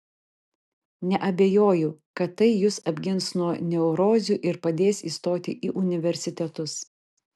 neabejoju kad tai jus apgins nuo neurozių ir padės įstoti į universitetus